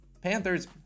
Panthers